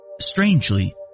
Strangely